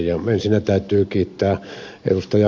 ensinnä täytyy kiittää ed